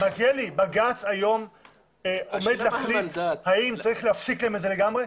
בג"ץ היום עומד להחליט האם יש להפסיק להם את זה לגמרי,